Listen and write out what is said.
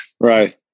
Right